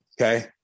Okay